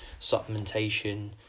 supplementation